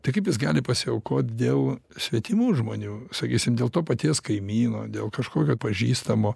tai kaip jis gali pasiaukot dėl svetimų žmonių sakysim dėl to paties kaimyno dėl kažkokio pažįstamo